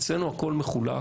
אצלנו הכול מחולק,